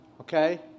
Okay